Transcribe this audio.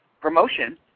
promotion